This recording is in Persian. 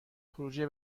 خروجی